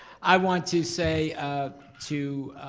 i want to say to